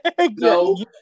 no